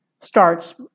starts